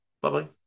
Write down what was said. Bye-bye